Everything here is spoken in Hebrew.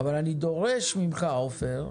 אני דורש ממך, עופר,